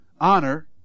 honor